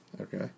Okay